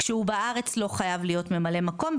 כשהוא בארץ לא חייב להיות ממלא מקום,